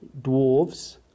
dwarves